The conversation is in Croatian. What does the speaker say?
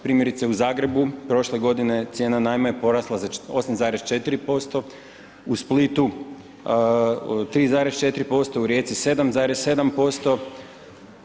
Primjerice, u Zagrebu, prošle godine cijena najma je porasla za 8,4%, u Splitu 3,4%, u Rijeci 7,7%